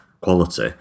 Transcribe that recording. quality